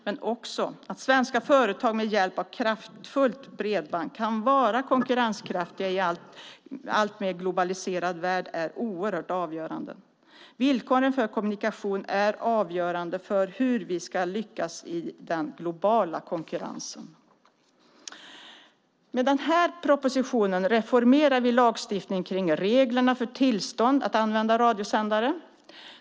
Men också att svenska företag med hjälp av kraftfullt bredband kan vara konkurrenskraftiga i en alltmer globaliserad värld är oerhört avgörande. Villkoren för kommunikation är avgörande för hur vi ska lyckas i den globala konkurrensen. Med den här propositionen reformerar vi lagstiftningen kring reglerna för tillstånd att använda radiosändare.